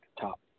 top